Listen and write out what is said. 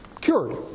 cured